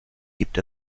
gibt